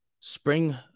spring